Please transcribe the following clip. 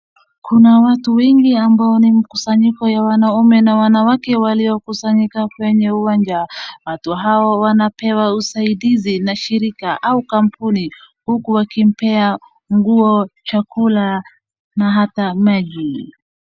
Kuna watu wengi ambao ni mkusanyiko ya wanaume na wanawake waliokusanyika kwenye uwanja. Watu hawa wanapewa usaidizi na shirika au kampuni huku wakimpea nguo, chakula na ata maji.